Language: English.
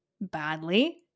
badly